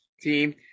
Team